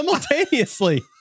simultaneously